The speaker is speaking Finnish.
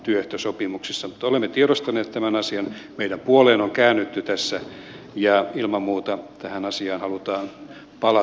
mutta olemme tiedostaneet tämän asian meidän puoleemme on käännytty tässä ja ilman muuta tähän asiaan halutaan palata